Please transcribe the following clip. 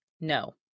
no